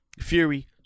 Fury